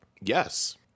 Yes